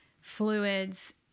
fluids